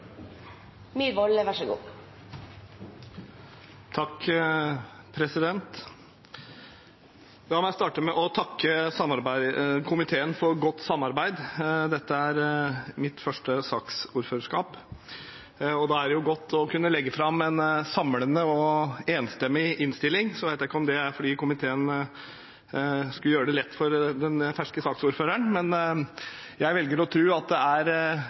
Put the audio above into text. mitt første saksordførerskap, og da er det godt å kunne legge fram en samlende og enstemmig innstilling. Jeg vet ikke om det er fordi komiteen skulle gjøre det lett for den ferske saksordføreren, men jeg velger å tro at det er